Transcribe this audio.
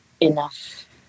enough